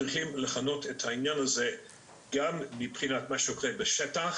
צריך לכנות את העניין הזה גם מבחינת מה שקורה בשטח,